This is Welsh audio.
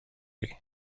chi